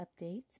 updates